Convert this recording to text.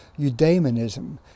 eudaimonism